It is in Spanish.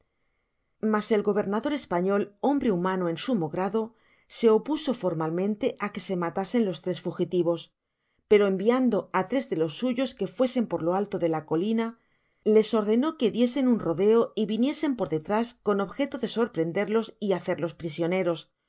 mas el gobernador español hombre humano en sumo grado se opuso formalmente á'que se matasen los tres fugitivos pero enviándo á tres de los suyos que fuesen por lo altó de la colina les ordenó que diesen un rodeo y viniesen por detrás con objeto de sorprenderlos y hacerlos prisioneros lo